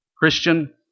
Christian